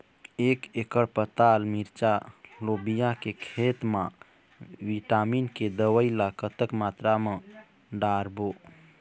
एक एकड़ पताल मिरचा लोबिया के खेत मा विटामिन के दवई ला कतक मात्रा म डारबो?